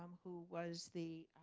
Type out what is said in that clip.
um who was the